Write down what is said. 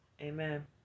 Amen